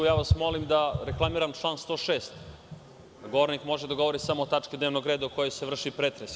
Molim vas da reklamiram član 106. – govornik može da govori samo o tački dnevnog reda o kojoj se vrši pretres.